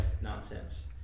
nonsense